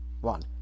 One